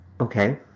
Okay